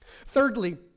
Thirdly